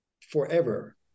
forever